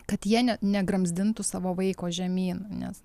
kad jie ne ne gramzdintų savo vaiko žemyn nes